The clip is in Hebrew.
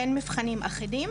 אין מבחנים אחידים,